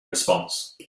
response